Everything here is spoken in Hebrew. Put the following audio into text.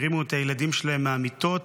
הרימו את הילדים שלהם מהמיטות.